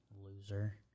loser